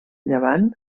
llevant